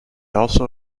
also